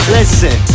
Listen